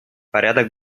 порядок